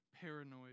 paranoid